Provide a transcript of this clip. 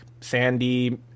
Sandy